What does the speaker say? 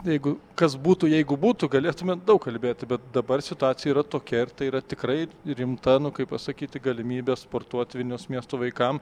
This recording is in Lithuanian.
jeigu kas būtų jeigu būtų galėtumėm daug kalbėti bet dabar situacija yra tokia ir tai yra tikrai rimta nu kaip pasakyti galimybė sportuot vilniaus miesto vaikam